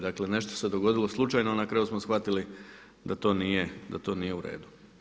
Dakle nešto se dogodilo slučajno, a na kraju smo shvatili da to nije uredu.